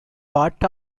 part